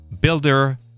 Builder